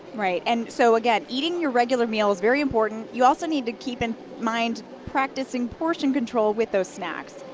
right. and so, again, eating your regular meal is very important. you also need to keep in mind practicing portion control with those snacks.